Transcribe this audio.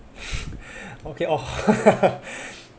okay oh